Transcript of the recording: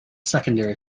secondary